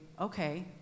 okay